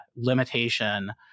limitation